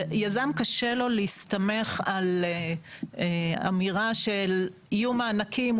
ליזם קשה להסתמך על אמירה כמו "יהיו מענקים",